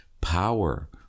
power